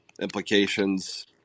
implications